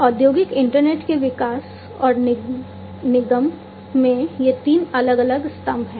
औद्योगिक इंटरनेट के विकास और निगमन में ये तीन अलग अलग स्तंभ हैं